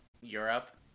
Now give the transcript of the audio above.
europe